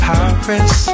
Paris